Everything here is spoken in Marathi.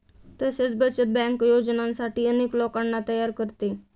तसेच बचत बँक योजनांसाठी अनेक लोकांना तयार करते